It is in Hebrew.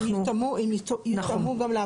אז הם יותאמו גם.